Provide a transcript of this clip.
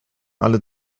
alle